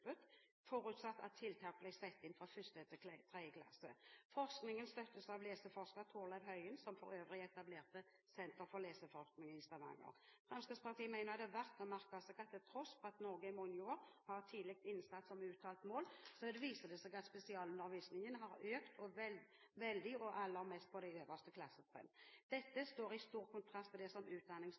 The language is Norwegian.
forutsatt at tiltak hadde vært satt inn fra 1. til 3. klasse. Forskningen støttes av leseforsker Torleiv Høien, som for øvrig etablerte Senter for leseforskning i Stavanger. Fremskrittspartiet mener det er verdt å merke seg at til tross for at Norge i mange år har hatt tidlig innsats som uttalt mål, viser det seg at spesialundervisningen har økt veldig og aller mest på de øverste klassetrinnene. Dette står i stor kontrast til det som